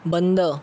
बंद